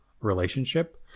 relationship